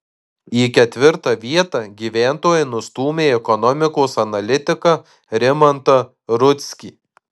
į ketvirtą vietą gyventojai nustūmė ekonomikos analitiką rimantą rudzkį